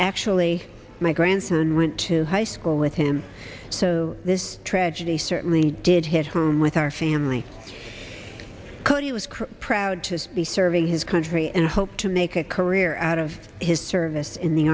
actually my grandson went to high school with him so this tragedy certainly did hit home with our family cody was quite proud to be serving his country and hope to make a career out of his service in the